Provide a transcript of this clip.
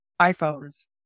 iPhones